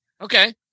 Okay